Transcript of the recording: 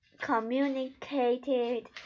communicated